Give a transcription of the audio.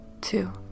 two